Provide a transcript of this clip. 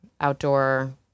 outdoor